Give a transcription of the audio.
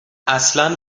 اصلا